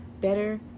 better